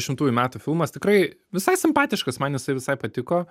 dešimtųjų metų filmas tikrai visai simpatiškas man jis visai patiko